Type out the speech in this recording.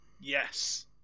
Yes